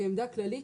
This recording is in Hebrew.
כעמדה כללית,